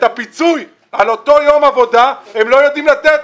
הפיצוי על אותו יום עבודה הם לא יודעים לתת